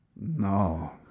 No